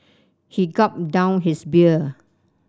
he gulped down his beer